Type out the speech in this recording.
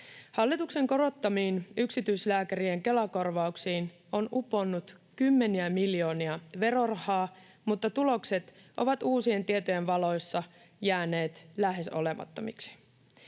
Hallituksen korottamiin yksityislääkärien Kela-korvauksiin on uponnut kymmeniä miljoonia verorahaa, mutta tulokset ovat uusien tietojen valossa jääneet lähes olemattomiksi.